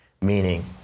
Meaning